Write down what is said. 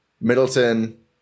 Middleton